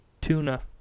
Tuna